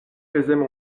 faisaient